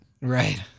right